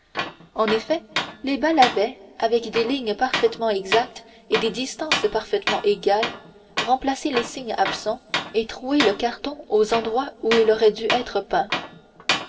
en effet les balles avaient avec des lignes parfaitement exactes et des distances parfaitement égales remplacé les signes absents et troué le carton aux endroits où il aurait dû être peint